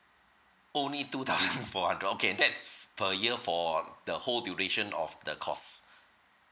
only two thousand four hundred okay that's per year for the whole duration of the course